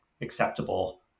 acceptable